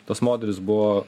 tas modelis buvo